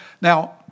Now